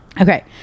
Okay